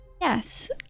Yes